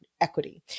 equity